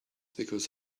because